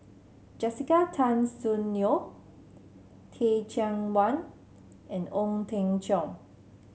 Jessica Tan Soon Neo Teh Cheang Wan and Ong Teng Cheong